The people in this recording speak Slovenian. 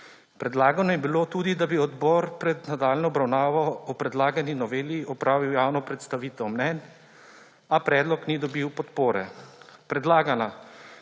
Predlagano je bilo tudi, da bi odbor pred nadaljnjo obravnavo o predlagani noveli opravil javno predstavitev mnenj, a predlog ni dobil podpore. Predlagana